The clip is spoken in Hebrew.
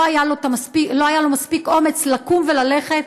לא היה לו מספיק אומץ לקום וללכת,